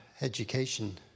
education